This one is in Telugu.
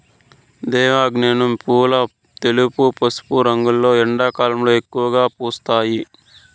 దేవగన్నేరు పూలు తెలుపు, పసుపు రంగులో ఎండాకాలంలో ఎక్కువగా పూస్తాయి